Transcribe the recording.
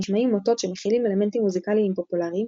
נשמעים אותות שמכילים אלמנטים מוזיקליים פופולריים,